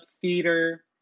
theater